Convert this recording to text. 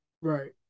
right